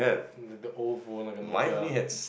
the old phone like a Nokia